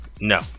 No